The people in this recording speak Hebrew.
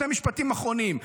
שני משפטים אחרונים,